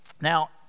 Now